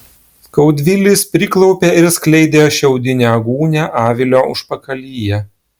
skaudvilis priklaupė ir skleidė šiaudinę gūnią avilio užpakalyje